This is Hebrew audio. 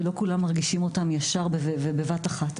ולא כולם מרגישים אותם ישר ובבת אחת,